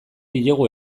diegu